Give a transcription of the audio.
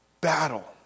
battle